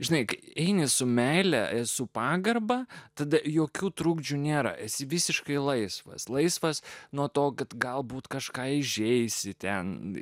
žinai kai eini su meile esu pagarbą tada jokių trukdžių nėra esi visiškai laisvas laisvas nuo to kad galbūt kažką įžeisi ten